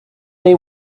they